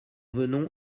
venons